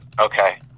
Okay